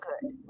good